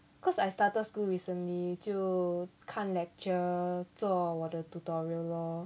cause I started school recently 就看 lecture 做我的 tutorial lor